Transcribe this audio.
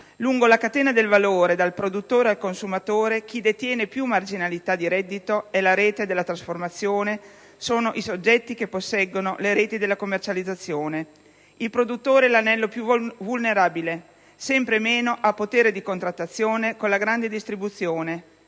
Lungo la catena del valore dal produttore al consumatore chi detiene più marginalità di reddito è la rete della trasformazione, sono i soggetti che posseggono le reti della commercializzazione. Il produttore è l'anello più vulnerabile: sempre meno ha potere di contrattazione con la grande distribuzione,